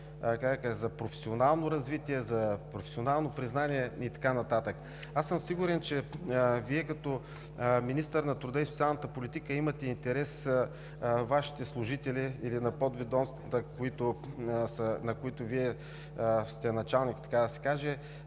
за професионално развитие, за професионално признание и така нататък. Аз съм сигурен, че Вие като министър на труда и социалната политика имате интерес Вашите служители или на подведомствата, на които Вие сте началник, така да се каже,